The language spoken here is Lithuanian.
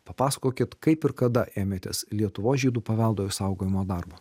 papasakokit kaip ir kada ėmėtės lietuvos žydų paveldo išsaugojimo darbo